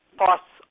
costs